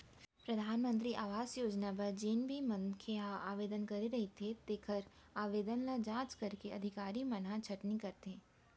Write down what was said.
परधानमंतरी आवास योजना बर जेन भी मनखे ह आवेदन करे रहिथे तेखर आवेदन ल जांच करके अधिकारी मन ह छटनी करथे